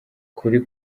ukuri